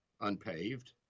unpaved